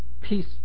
peace